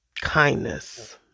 kindness